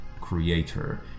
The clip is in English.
creator